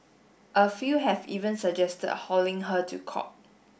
a few have even suggested hauling her to court